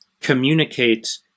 communicate